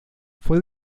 fue